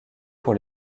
pour